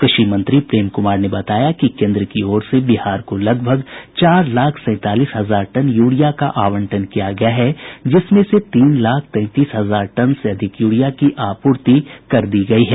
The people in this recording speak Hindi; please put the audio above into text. कृषि मंत्री प्रेम कुमार ने बताया कि केन्द्र की ओर से बिहार को लगभग चार लाख सैंतालीस हजार टन यूरिया का आवंटन किया गया है जिसमें से तीन लाख तैंतीस हजार टन से अधिक यूरिया की आपूर्ति कर दी गयी है